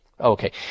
Okay